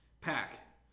pack